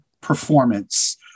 performance